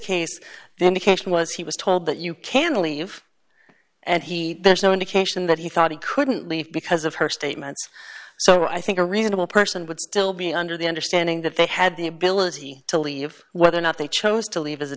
case then occasion was he was told that you can leave and he there's no indication that he thought he couldn't leave because of her statements so i think a reasonable person would still be under the understanding that they had the ability to leave whether or not they chose to leave is a